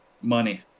Money